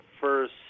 first